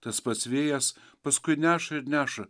tas pats vėjas paskui neša ir neša